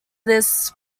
this